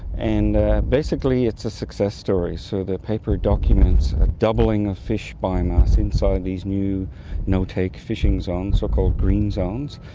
and basically it's a success story, so their paper documents a doubling of fish biomass inside these new no-take fishing zones, so-called green zones,